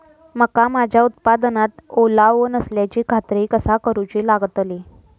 मका माझ्या उत्पादनात ओलावो नसल्याची खात्री कसा करुची लागतली?